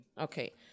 Okay